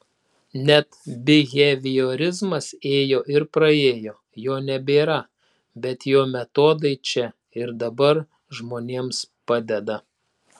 net biheviorizmas ėjo ir praėjo jo nebėra bet jo metodai čia ir dabar žmonėms padeda